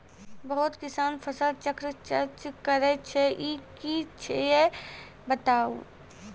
बहुत किसान फसल चक्रक चर्चा करै छै ई की छियै बताऊ?